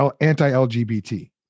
anti-LGBT